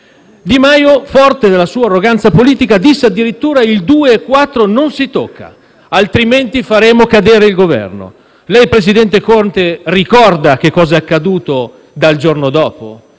Di Maio, forte della sua arroganza politica, disse addirittura: «Il 2,4 non si tocca, altrimenti faremo cadere il Governo». Lei, presidente Conte, ricorda che cosa è accaduto dal giorno dopo?